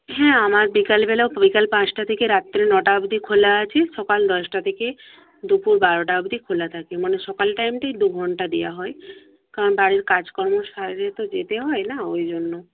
হ্যাঁ আমার বিকেলবেলা বিকেল পাঁচটা থেকে রাত্রি নটা অব্দি খোলা আছে সকাল দশটা থেকে দুপুর বারোটা অব্দি খোলা থাকে মানে সকাল টাইমটাই দুঘণ্টা দেওয়া হয় কারণ বাড়ির কাজকর্ম সেরে তো যেতে হয় না ওই জন্য